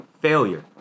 Failure